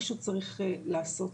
פשוט צריך לעשות